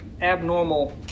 abnormal